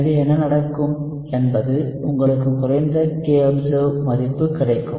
எனவே என்ன நடக்கும் என்பது உங்களுக்கு குறைந்த kobserved மதிப்பு கிடைக்கும்